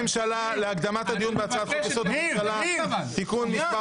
בקשת הממשלה להקדמת הדיון בהצעת חוק-יסוד: הממשלה (תיקן מס'